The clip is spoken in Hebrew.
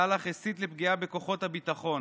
סלאח הסית לפגיעה בכוחות הביטחון